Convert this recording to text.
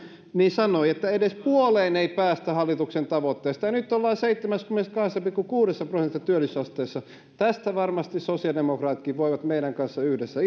sanoi että edes puoleen ei päästä hallituksen tavoitteesta nyt ollaan seitsemässäkymmenessäkahdessa pilkku kuudessa prosentissa työllisyysasteessa tästä varmasti sosiaalidemokraatitkin voivat meidän kanssamme yhdessä